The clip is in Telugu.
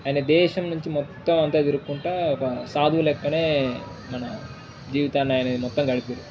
ఆయన దేశం నుంచి మొత్తం అంతా తిరుగుకుంటూ ఒక సాధు లాగానే మన జీవితాన్ని అనేది మొత్తం గడిపేరు